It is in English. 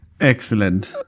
excellent